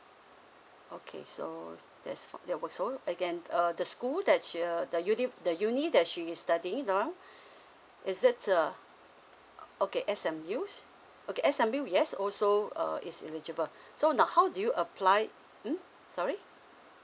okay so that's for there was so again uh the school that she uh the U_N_I the U_N_I that she is studying now is it uh okay S_M_U okay S_M_U yes also uh is eligible so now how do you applied mm sorry